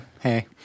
Hey